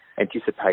anticipate